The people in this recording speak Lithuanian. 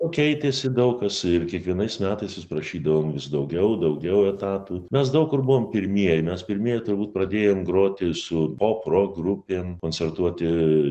o keitėsi daug kas ir kiekvienais metais vis prašydavom vis daugiau daugiau etatų mes daug kur buvom pirmieji mes pirmieji turbūt pradėjom groti su pop rok grupėm koncertuoti